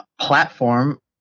platform